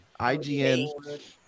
IGN